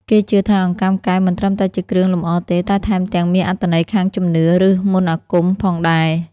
គេជឿថាអង្កាំកែវមិនត្រឹមតែជាគ្រឿងលម្អទេ តែថែមទាំងមានអត្ថន័យខាងជំនឿ ឬមន្តអាគមផងដែរ។